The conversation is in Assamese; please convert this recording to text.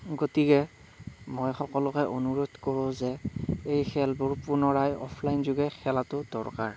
গতিকে মই সকলোকে অনুৰোধ কৰোঁ যে এই খেলবোৰ পুনৰাই অফলাইন যোগে খেলাটো দৰকাৰ